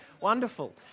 Wonderful